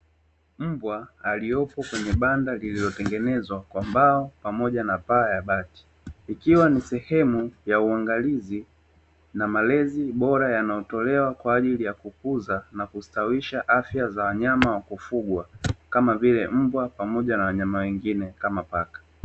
Mbwa aliyepo kwenye banda lililotengenezwa kwa mbao pamoja na paa ya bati. Ikiwa ni sehemu ya uangalizi na malezi bora yanayotolewa kwa ajili ya kukuza na kustawisha afya za wanyama wa kufugwa kama vile mbwa pamoja na wanyama wengine, kama paka.